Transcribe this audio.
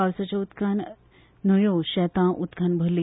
पावसाच्या उदकान न्हंयो शेतां उदकान भरली